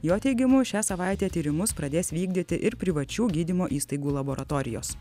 jo teigimu šią savaitę tyrimus pradės vykdyti ir privačių gydymo įstaigų laboratorijos